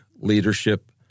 leadership